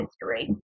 history